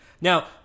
Now